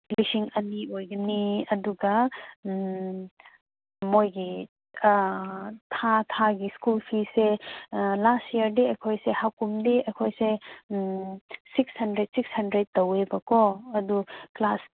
ꯂꯤꯁꯤꯡ ꯑꯅꯤ ꯑꯣꯏꯒꯅꯤ ꯑꯗꯨꯒ ꯃꯣꯏꯒꯤ ꯊꯥ ꯊꯥꯒꯤ ꯁ꯭ꯀꯨꯜ ꯐꯤꯁꯦ ꯂꯥꯁ ꯏꯌꯔꯗꯤ ꯑꯩꯈꯣꯏꯁꯦ ꯍꯥꯀꯨꯝꯗꯤ ꯑꯩꯈꯣꯏꯁꯦ ꯁꯤꯛꯁ ꯍꯟꯗ꯭ꯔꯦꯗ ꯁꯤꯛꯁ ꯍꯟꯗ꯭ꯔꯦꯗ ꯇꯧꯋꯦꯕꯀꯣ ꯑꯗꯨ ꯀ꯭ꯂꯥꯁ